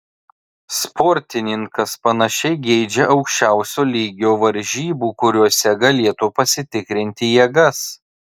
sportininkas panašiai geidžia aukščiausio lygio varžybų kuriose galėtų pasitikrinti jėgas